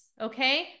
okay